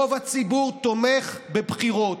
רוב הציבור תומך בבחירות.